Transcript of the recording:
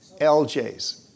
LJ's